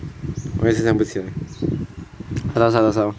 我也是想不起来